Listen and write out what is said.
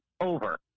over